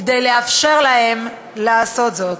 כדי לאפשר להם לעשות זאת.